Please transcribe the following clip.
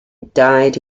died